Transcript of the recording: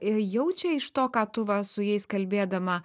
jaučia iš to ką tu va su jais kalbėdama